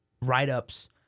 write-ups